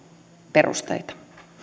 perusteita